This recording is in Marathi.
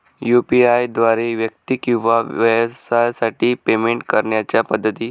यू.पी.आय द्वारे व्यक्ती किंवा व्यवसायांसाठी पेमेंट करण्याच्या पद्धती